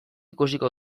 ikusiko